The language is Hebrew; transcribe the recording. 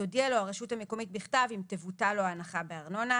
תודיע לו הרשות המקומית בכתב אם תבוטל לו ההנחה בארנונה.